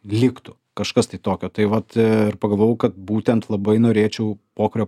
liktų kažkas tai tokio tai vat ir pagalvojau kad būtent labai norėčiau pokario